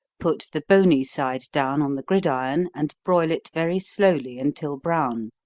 put the bony side down on the gridiron, and broil it very slowly until brown,